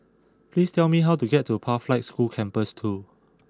please tell me how to get to Pathlight School Campus two